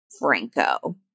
Franco